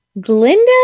Glinda